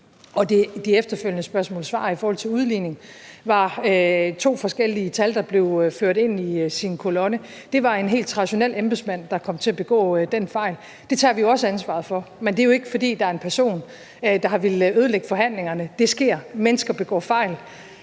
de efterfølgende spørgsmål-svar i forhold til udligning handlede om to forskellige tal, der blev ført ind i en kolonne. Det var en helt traditionel embedsmand, der kom til at begå den fejl. Det tager vi også ansvaret for, men det er jo ikke, fordi der er en person, der har villet ødelægge forhandlingerne. Det sker, mennesker begår fejl.